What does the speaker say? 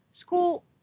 school